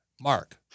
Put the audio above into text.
Mark